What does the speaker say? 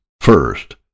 First